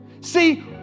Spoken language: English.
See